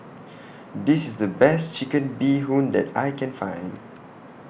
This IS The Best Chicken Bee Hoon that I Can Find